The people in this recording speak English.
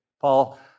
Paul